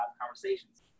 conversations